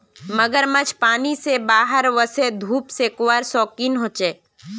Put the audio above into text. मगरमच्छ पानी से बाहर वोसे धुप सेकवार शौक़ीन होचे